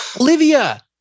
Olivia